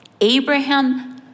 Abraham